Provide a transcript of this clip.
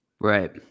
right